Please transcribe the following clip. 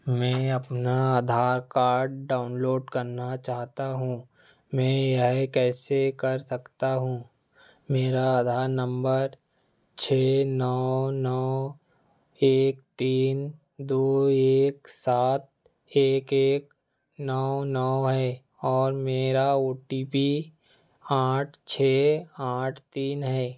मैं अपना Aadhaar card download करना चाहता हूँ मैं यह कैसे कर सकता हूँ मेरा आधार नंबर छः नौ नौ एक तीन दो एक सात एक एक नौ नौ है और मेरा ओ टी पी आठ छः आठ तीन है